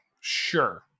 sure